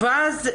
ואז,